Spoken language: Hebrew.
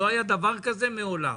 לא היה דבר כזה מעולם.